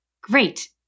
Great